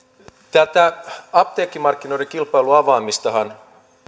tätä apteekkimarkkinoiden kilpailun avaamistahan